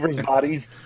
bodies